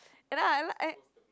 and then I like I